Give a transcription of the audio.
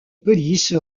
police